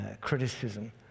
criticism